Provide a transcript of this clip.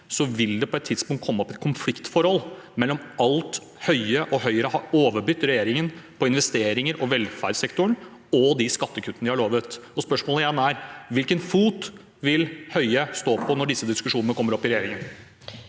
vil det på et tidspunkt komme opp et konfliktforhold mellom alt Høie og Høyre har overbudt regjeringen på investeringer og velferdssektoren, og de skattekuttene de har lovet. Spørsmålet igjen er: Hvilken fot vil Høie stå på når disse diskusjonene kommer opp i regjeringen?